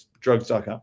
Drugs.com